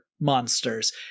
monsters